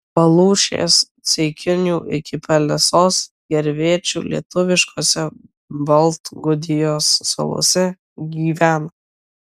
palūšės ceikinių iki pelesos gervėčių lietuviškose baltgudijos salose gyvena